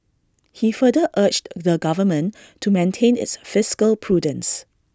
he further urged the government to maintain its fiscal prudence